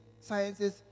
sciences